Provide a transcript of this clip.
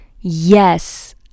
yes